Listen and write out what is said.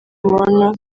warner